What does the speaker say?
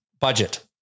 budget